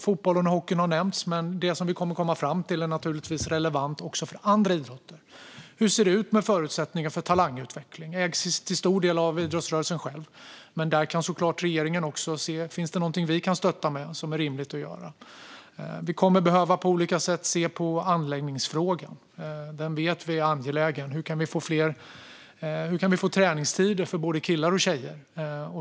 Fotboll och hockey har nämnts, men det vi kommer fram till är naturligtvis relevant också för andra idrotter. Hur ser det ut med förutsättningarna för talangutveckling? Detta ägs till stor del av idrottsrörelsen själv, men där kan såklart regeringen se om det finns något vi kan stötta med som är rimligt att göra. Vi kommer att behöva se på anläggningsfrågan på olika sätt. Vi vet att den är angelägen. Hur kan vi få träningstider för både killar och tjejer?